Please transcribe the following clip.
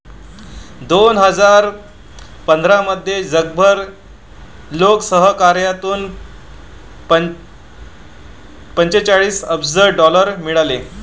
दोन हजार पंधरामध्ये जगभर लोकसहकार्यातून पंचेचाळीस अब्ज डॉलर मिळाले